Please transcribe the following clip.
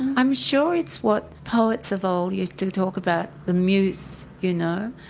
i'm sure it's what poets of old used to talk about, the muse, you know,